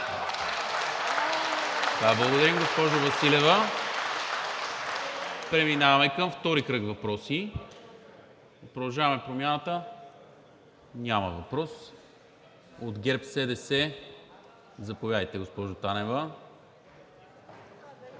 Благодаря, госпожо Василева. Преминаваме към втори кръг въпроси. От „Продължаваме Промяната“? Няма въпрос. От ГЕРБ-СДС? Заповядайте, госпожо Танева.